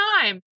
time